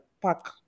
pack